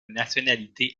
nationalité